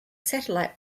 satellite